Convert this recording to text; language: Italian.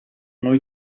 noi